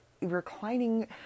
reclining